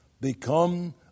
become